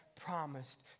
promised